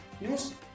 News